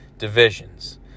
Divisions